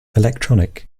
electronic